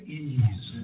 ease